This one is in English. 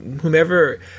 whomever